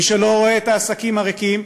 מי שלא רואה את העסקים הריקים,